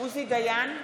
עוזי דיין,